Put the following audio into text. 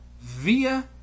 via